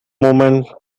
movement